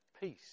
Peace